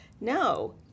No